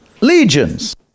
legions